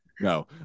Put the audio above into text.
No